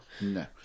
No